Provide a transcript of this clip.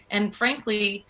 and frankly,